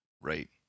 right